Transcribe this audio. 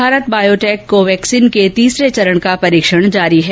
Bharat Biotech Covaxin के तीसरे चरण का परीक्षण जारी है